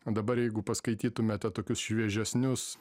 dabar jeigu paskaitytumėte tokius šviežesnius